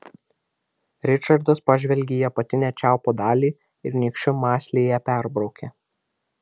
ričardas pažvelgė į apatinę čiaupo dalį ir nykščiu mąsliai ją perbraukė